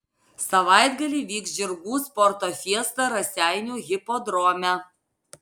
savaitgalį vyks žirgų sporto fiesta raseinių hipodrome